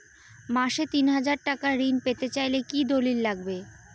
মাসে তিন হাজার টাকা ঋণ পেতে চাইলে কি দলিল লাগবে?